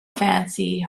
fancy